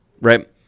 right